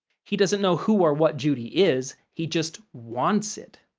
he doesn't know who or what judy is, he just wants it.